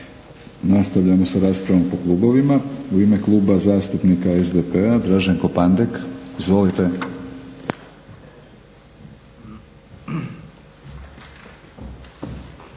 Nastavljamo sa raspravom po klubovima. U ime Kluba zastupnika SDP-a Draženko Pandek. Izvolite.